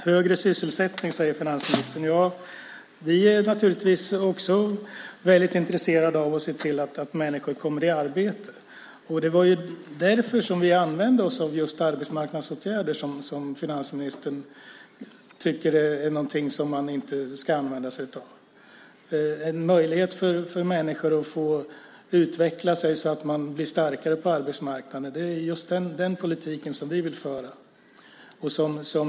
Herr talman! Finansministern talar om högre sysselsättning. Vi är naturligtvis också väldigt intresserade av att se till att människor kommer i arbete. Det var därför vi just använde oss av arbetsmarknadsåtgärder, som finansministern tycker är någonting man inte ska använda sig av. Det är en möjlighet för människor att utveckla sig så att de blir starkare på arbetsmarknaden. Det är den politiken som vi vill föra.